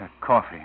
Coffee